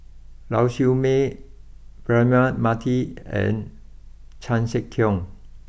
Lau Siew Mei Braema Mathi and Chan Sek Keong